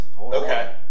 Okay